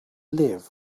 liv